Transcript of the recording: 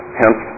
hence